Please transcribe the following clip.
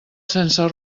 sense